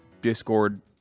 Discord